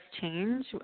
change